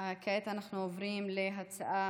נעבור להצעה